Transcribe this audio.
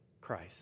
Christ